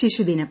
ശിശുദിനം